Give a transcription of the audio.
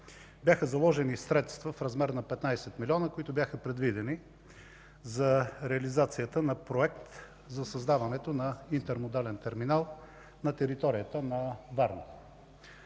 бяха заложени средства в размер на 15 милиона, които бяха предвидени за реализацията на проект за създаването на интермодален терминал на територията на Варна.